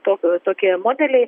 tokio tokie modeliai